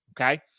Okay